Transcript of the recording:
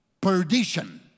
perdition